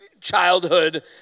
childhood